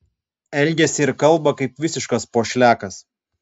elgiasi ir kalba kaip visiškas pošliakas